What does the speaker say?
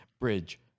Bridge